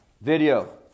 video